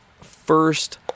first